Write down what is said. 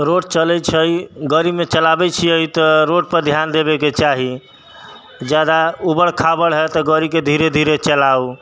road चलै छै गाड़ी चलाबै छियै तऽ रोडपर ध्यान देबैके चाही जादा उबड़ खाबड़ है तऽ गाड़ीके धीरे चलाउ